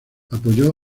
apoyó